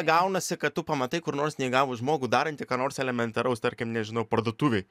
gaunasi kad tu pamatai kur nors neįgalų žmogų darantį ką nors elementaraus tarkim nežinau parduotuvėj